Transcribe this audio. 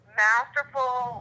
masterful